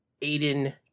Aiden